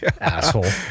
Asshole